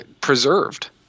preserved